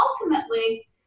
ultimately